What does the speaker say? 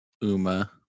Uma